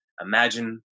imagine